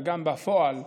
וגם בפועל,